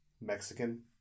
Mexican